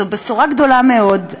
זו בשורה גדולה מאוד,